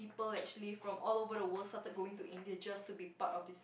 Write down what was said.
people actually from all over the world started going to India just to be part of this